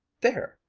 there!